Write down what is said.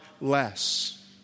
less